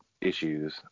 issues